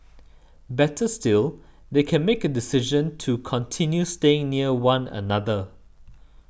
better still they can make a decision to continue staying near one another